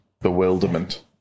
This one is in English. bewilderment